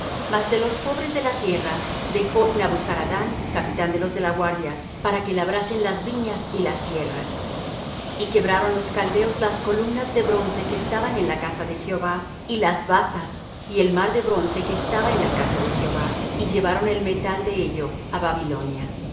mas de los pobres de la tierra dejó nabuzaradán capitán de los de la guardia para que labrasen las viñas y las tierras y quebraron los caldeos las columnas de bronce que estaban en la casa de jehová y las basas y el mar de bronce que estaba en la casa de jehová y llevaron el metal de ello á babilonia